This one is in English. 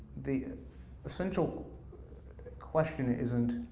the essential question isn't.